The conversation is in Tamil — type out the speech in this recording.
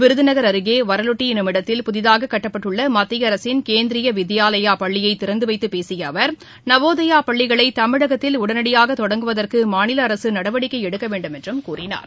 விருதுநகர் அருகே வரலோட்டி என்னுமிடத்தில் புதிதாக கட்டப்பட்டுள்ள மத்திய அரசின் கேந்திரிய வித்யாலயா பள்ளியை திறந்துவைத்து பேசிய அவர் நவோதியா பள்ளிகளை தமிழகத்தில் உடனடியாக தொடங்குவதற்கு மாநில அரசு நடவடிக்கை எடுக்க வேண்டும் என்றும் கூறினார்